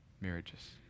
marriages